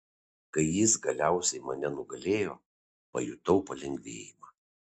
kai jis galiausiai mane nugalėjo pajutau palengvėjimą